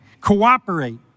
cooperate